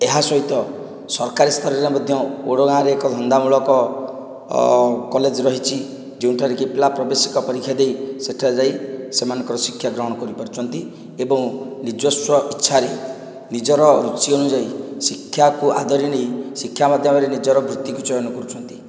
ଏହା ସହିତ ସରକାରୀ ସ୍ତରରେ ମଧ୍ୟ ଓଡ଼ଗାଁରେ ଏକ ଧନ୍ଦା ମୂଳକ ଅ କଲେଜ ରହିଛି ଯେଉଁଠାରେ କି ପିଲା ପ୍ରବେଶିକ ପରୀକ୍ଷା ଦେଇ ସେଠାରେ ଯାଇ ସେମାନଙ୍କର ଶିକ୍ଷା ଗ୍ରହଣ କରିପାରୁଛନ୍ତି ଏବଂ ନିଜସ୍ୱ ଇଛାରେ ନିଜର ରୁଚି ଅନୁଯାୟୀ ଶିକ୍ଷାକୁ ଆଦରି ନେଇ ଶିକ୍ଷା ମାଧ୍ୟମରେ ନିଜର ବୃତ୍ତିକୁ ଚୟନ କରୁଛନ୍ତି